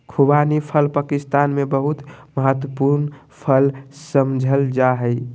खुबानी फल पाकिस्तान में बहुत महत्वपूर्ण फल समझल जा हइ